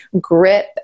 grip